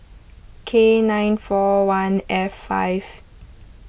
K nine four one F five